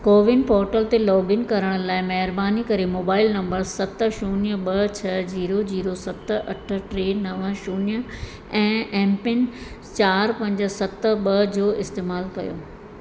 CoWIN portal ते login करण लाइ महिरबानी करे मोबाइल नंबर सत शून्य ॿ छह जीरो जीरो सत अठ टे नव शून्य ऐं एमपिन चार पंज सत ॿ जो इस्तेमालु कयो